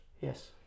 Yes